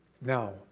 Now